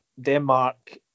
Denmark